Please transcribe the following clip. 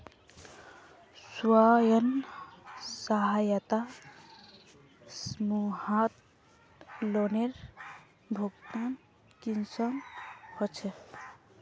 स्वयं सहायता समूहत लोनेर भुगतान कुंसम होचे?